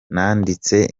nanditse